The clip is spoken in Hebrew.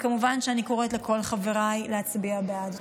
כמובן, אני קוראת לכל חבריי להצביע בעד.